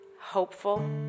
hopeful